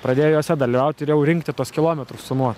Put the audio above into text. pradėjo jose dalyvauti ir jau rinkti tuos kilometrus nuo